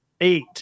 eight